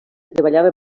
treballava